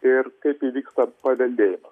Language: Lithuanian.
ir kaip įvyksta paveldėjimas